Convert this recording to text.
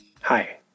Hi